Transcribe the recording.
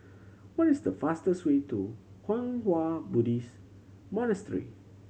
what is the fastest way to Kwang Hua Buddhist Monastery